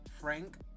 frank